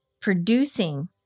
producing